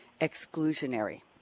exclusionary